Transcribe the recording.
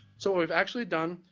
so what we've actually done,